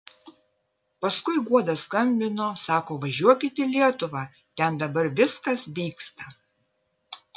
paskui guoda skambino sako važiuokit į lietuvą ten dabar viskas vyksta